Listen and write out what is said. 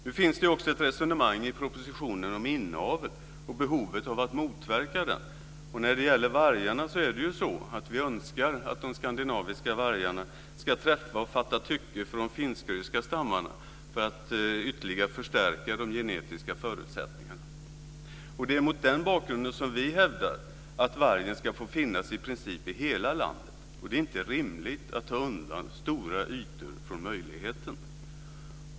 Nu finns det också ett resonemang i propositionen om inavel och behovet av att motverka den. Vi önskar att de skandinaviska vargarna ska träffa och fatta tycke för de finsk-ryska stammarna för att ytterligare förstärka de genetiska förutsättningarna. Det är mot den bakgrunden som vi hävdar att vargen i princip ska få finnas i hela landet. Det är inte rimligt att ta undan stora ytor från möjligheten.